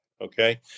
Okay